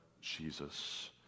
Jesus